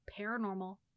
Paranormal